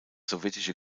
sowjetische